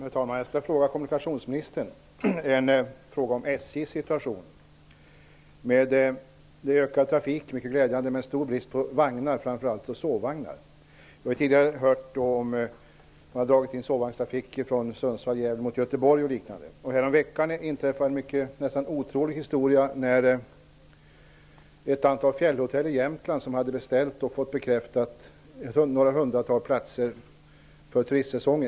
Herr talman! Jag har en fråga till kommunikationsministern om SJ:s situation. Trafiken ökar i omfattning, vilket är glädjande, men det är därmed stor brist på vagnar, framför allt sovvagnar. Vi har tidigare hört att sovvagnstrafiken från Sundsvall--Gävle mot Göteborg och liknande har dragits in. Häromveckan inträffade en närmast otrolig historia. Ett antal fjällhotell i Jämtland hade beställt och fått bekräftat några hundratal platser för turistsäsongen.